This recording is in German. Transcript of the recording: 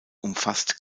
umfasst